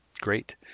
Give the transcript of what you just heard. Great